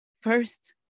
first